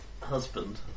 husband